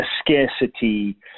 scarcity